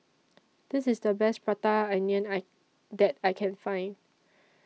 This IS The Best Prata Onion I that I Can Find